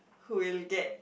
who will get